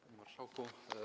Panie Marszałku!